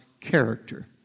character